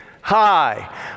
Hi